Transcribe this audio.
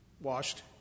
washed